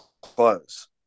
close